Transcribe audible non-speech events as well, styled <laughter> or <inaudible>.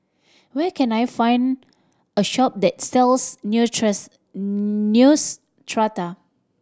where can I find a shop that sells <unintelligible> Neostrata